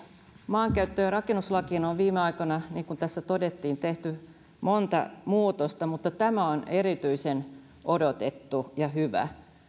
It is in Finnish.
maankäyttö ja rakennuslakiin on viime aikoina niin kuin tässä todettiin tehty monta muutosta mutta tämä on erityisen odotettu ja hyvä